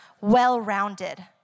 well-rounded